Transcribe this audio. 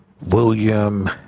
William